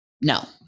No